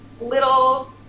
little